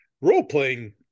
role-playing